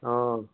অঁ